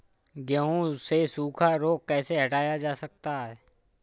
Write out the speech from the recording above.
गेहूँ से सूखा रोग कैसे हटाया जा सकता है?